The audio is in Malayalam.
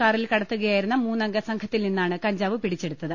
കാറിൽ കടത്തുകയായിരുന്ന മൂന്നംഗ സംഘത്തിൽ നിന്നാണ് കഞ്ചാവ് പിടിച്ചെടുത്തത്